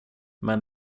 men